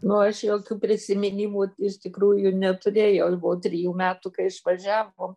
nu aš jokių prisiminimų iš tikrųjų neturėjau aš buvau trijų metų kai išvažiavom